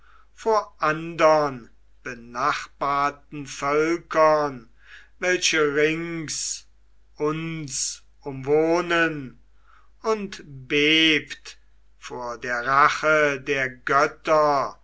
vor andern benachbarten völkern welche rings uns umwohnen und bebt vor der rache der götter